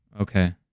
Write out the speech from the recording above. okay